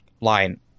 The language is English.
line